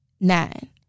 nine